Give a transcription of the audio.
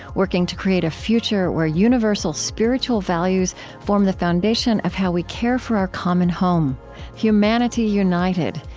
working to create a future where universal spiritual values form the foundation of how we care for our common home humanity united,